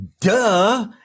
Duh